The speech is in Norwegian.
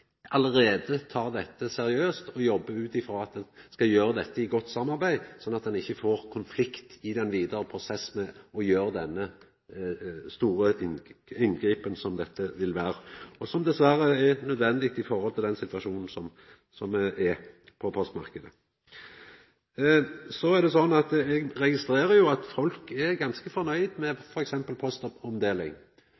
allereie tek dette seriøst og jobbar ut frå at ein skal gjera dette i godt samarbeid, så ein ikkje får konflikt i den vidare prosessen med det store inngrepet som dette vil vera, og som dessverre er nødvendig i forhold til den situasjonen som er i postmarknaden. Så er det slik at eg registrerer at folk er ganske fornøgde med